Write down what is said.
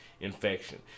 infection